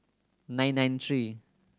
nine nine three